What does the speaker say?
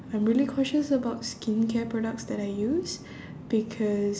I'm really conscious about skincare products that I use because